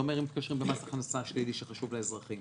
זה אומר שאם מתקשרים למס הכנסה שחשוב לאזרחים,